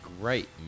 great